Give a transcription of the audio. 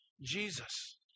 Jesus